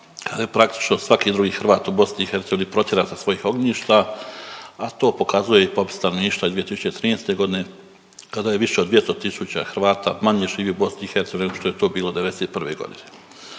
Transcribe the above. kada je praktično svaki drugi Hrvat u BiH protjeran sa svojih ognjišta, a to pokazuje i popis stanovništva iz 2013. g. kada je više od 200 tisuća Hrvata manje živi u BiH nego što je to bilo '91. g.